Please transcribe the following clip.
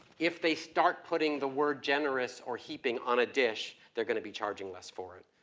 if they start putting the word generous or heaping on a dish, they're gonna be charging less for it.